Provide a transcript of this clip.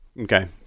Okay